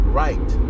right